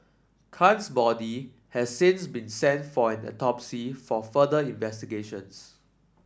Khan's body has since been sent for an autopsy for further investigations